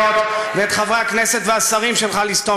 במורשתו.